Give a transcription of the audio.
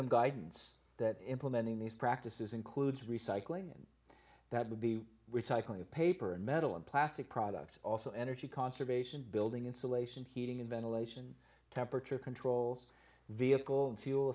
them guidance that implementing these practices includes recycling and that would be recycling of paper and metal and plastic products also energy conservation building insulation heating and ventilation temperature controls vehicle